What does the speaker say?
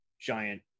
giant